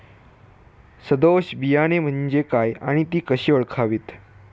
सदोष बियाणे म्हणजे काय आणि ती कशी ओळखावीत?